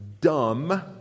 dumb